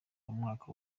umwaka